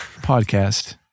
podcast